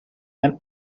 and